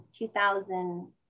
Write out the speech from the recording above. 2000